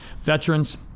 veterans